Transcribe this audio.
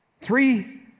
Three